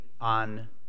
on